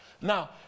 Now